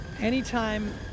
Anytime